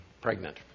pregnant